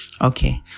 okay